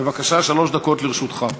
בבקשה, שלוש דקות לרשותך.